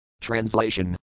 Translation